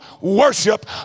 worship